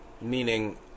meaning